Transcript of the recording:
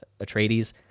Atreides